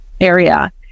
area